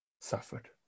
suffered